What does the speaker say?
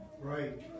Right